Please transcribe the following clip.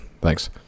thanks